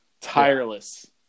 Tireless